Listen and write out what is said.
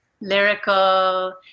lyrical